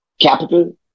capital